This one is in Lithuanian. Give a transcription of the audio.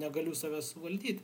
negaliu savęs suvaldyti